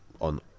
on